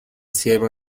sirven